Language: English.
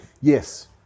yes